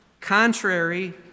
contrary